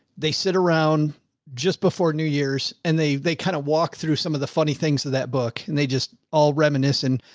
they sit around just before new years and they they kind of walk through some of the funny things of that book and they just all reminiscent.